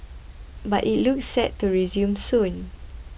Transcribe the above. but it looks set to resume soon